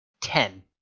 ten